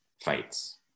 fights